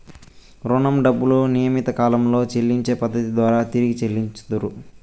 రుణం డబ్బులు నియమిత కాలంలో చెల్లించే పద్ధతి ద్వారా తిరిగి చెల్లించుతరు